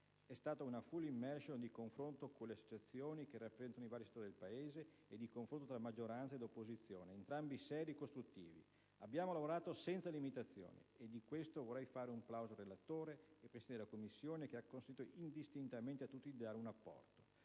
È stata una *full immersion* di confronto con le associazioni che rappresentano i vari settori del Paese e di confronto tra maggioranza ed opposizione, entrambi seri e costruttivi. Abbiamo lavorato senza limitazioni, e per questo vorrei fare un plauso al relatore e presidente della Commissione, che ha consentito indistintamente a tutti di dare un apporto.